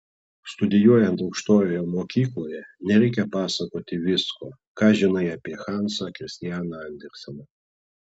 studijuojant aukštojoje mokykloje nereikia pasakoti visko ką žinai apie hansą kristianą anderseną